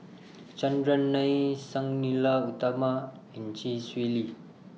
Chandran Nair Sang Nila Utama and Chee Swee Lee